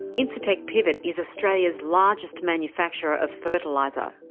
incitec pivot is australia's largest manufacturer of fertiliser.